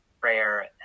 prayer